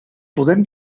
podem